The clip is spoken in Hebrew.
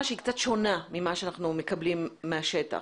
קצת שונה ממה שאנחנו מקבלים מהשטח.